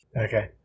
Okay